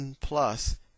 plus